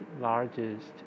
largest